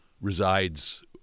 resides